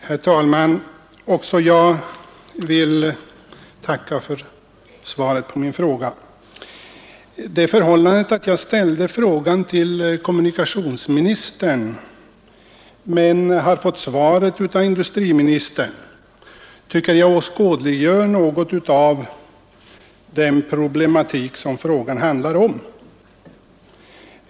Herr talman! Också jag vill tacka för svaret på min fråga. Det förhållandet att jag ställde frågan till kommunikationsministern men har fått svaret av industriministern tycker jag åskådliggör något av den problematik som frågan handlar om.